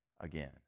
again